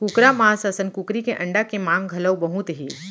कुकरा मांस असन कुकरी के अंडा के मांग घलौ बहुत हे